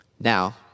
Now